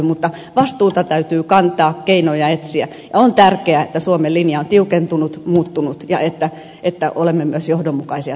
mutta vastuuta täytyy kantaa keinoja etsiä ja on tärkeää että suomen linja on tiukentunut muuttunut ja että olemme johdonmukaisia myös tästä eteenpäin